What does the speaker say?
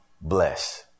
bless